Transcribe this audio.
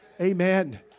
Amen